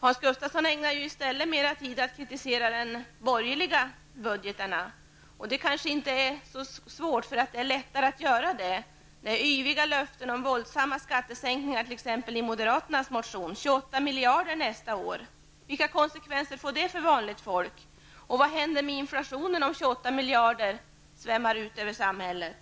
Hans Gustafsson ägnade mer tid åt att kritisera de borgerliga budgetarna. Det är inte så svårt. Det är lätt att kritisera t.ex. moderaternas motion, med yviga löften om våldsamma skattesänkningar på 28 miljarder nästa år. Vilka konsekvenser får det för vanligt folk? Vad händer med inflationen om 28 miljarder svämmar ut över samhället?